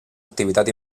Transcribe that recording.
activitat